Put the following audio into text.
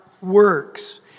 works